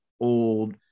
old